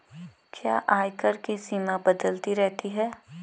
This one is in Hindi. क्या आयकर की सीमा बदलती रहती है?